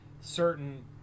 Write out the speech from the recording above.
certain